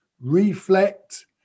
reflect